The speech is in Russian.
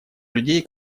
людей